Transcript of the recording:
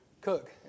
cook